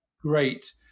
great